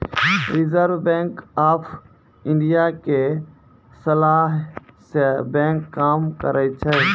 reserve Bank of India के सलाहे से बैंक काम करै छै